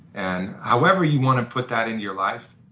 and however you want to put that into your life,